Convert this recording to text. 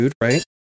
right